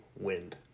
wind